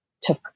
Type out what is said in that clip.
took